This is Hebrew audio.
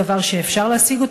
דבר שאפשר להשיג,